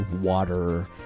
water